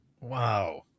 Wow